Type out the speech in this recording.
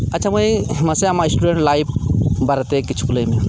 ᱟᱪᱪᱷᱟ ᱢᱟᱹᱭ ᱢᱟᱥᱮ ᱟᱢᱟᱜ ᱥᱴᱩᱰᱮᱸᱴ ᱞᱟᱭᱤᱯᱷ ᱵᱟᱨᱮᱛᱮ ᱠᱤᱪᱷᱩ ᱞᱟᱹᱭ ᱢᱮ